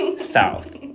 South